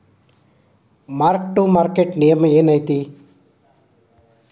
mark to market ನಿಯಮ ಏನೈತಿ